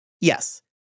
Yes